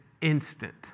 instant